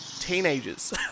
teenagers